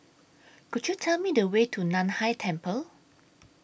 Could YOU Tell Me The Way to NAN Hai Temple